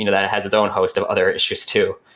you know that has its own host of other issues too.